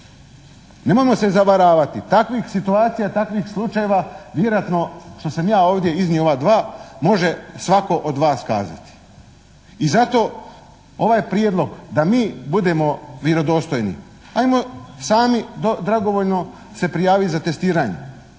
Nemojmo se zavaravati, takvih situacija, takvih slučajeva vjerojatno što sam ja ovdje iznio ova dva može svatko od vas kazati i zato ovaj prijedlog da mi budemo vjerodostojni ajmo sami dragovoljni se prijaviti za testiranje,